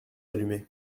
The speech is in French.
allumée